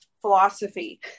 philosophy